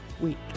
week